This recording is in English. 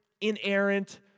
inerrant